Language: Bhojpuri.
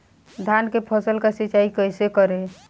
धान के फसल का सिंचाई कैसे करे?